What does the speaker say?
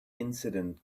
incident